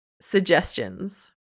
suggestions